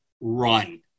run